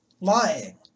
lying